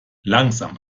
langsam